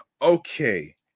Okay